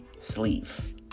sleeve